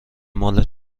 مال